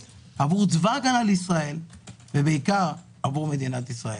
עבור צבא ההגנה לישראל ובעיקר עבור מדינת ישראל.